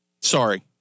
Sorry